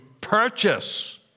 purchase